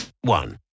one